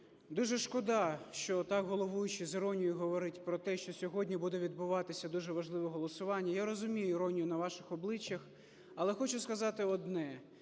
дуже шкода, що так головуючий, з іронією, говорить про те, що сьогодні буде відбуватися дуже важливе голосування. Я розумію іронію на ваших обличчях, але хочу сказати одне.